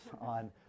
on